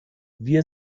wir